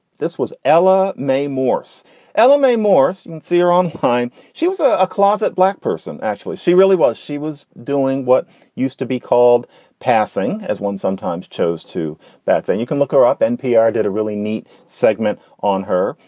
this was ella mae morse lma morse. and see her on time. she was ah a closet black person. actually, she really was. she was doing what used to be called passing as one sometimes chose to that. then you can look her up. npr did a really neat segment on her,